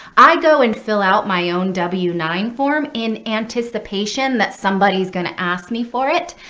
i go and fill out my own w nine form in anticipation that somebody is going to ask me for it.